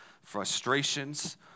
frustrations